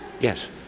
yes